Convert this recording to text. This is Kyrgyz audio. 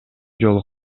жолу